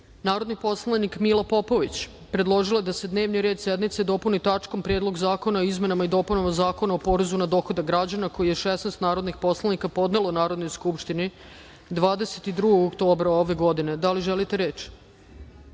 predlog. Narodni poslanik Mila Popović predložila je da se dnevni red sednice dopuni tačkom – Predlog zakona o izmenama i dopunama Zakona o porezu na dohodak građana, koji je 16 narodnih poslanika podnelo Narodnoj skupštini 22. oktobra ove godine. Da li želite